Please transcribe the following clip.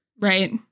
Right